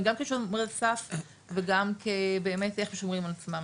גם כשומרי הסף וגם כבאמת איך הם שומרים על עצמם.